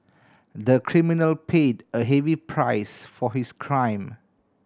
the criminal paid a heavy price for his crime